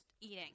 eating